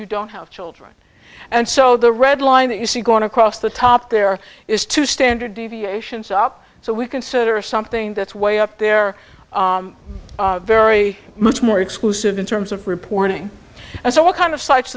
you don't have children and so the red line that you see going across the top there is two standard deviations up so we consider something that's way up there very much more exclusive in terms of reporting and so what kind of